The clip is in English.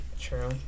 true